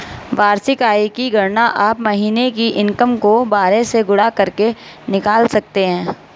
वार्षिक आय की गणना आप महीने की इनकम को बारह से गुणा करके निकाल सकते है